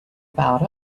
about